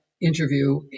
interview